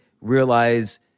realize